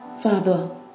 Father